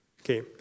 Okay